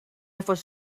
first